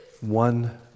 one